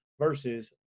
versus